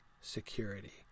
security